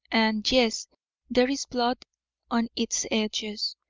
and yes there's blood on its edges.